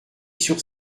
sur